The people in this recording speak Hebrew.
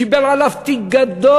הוא קיבל עליו תיק גדול,